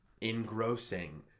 engrossing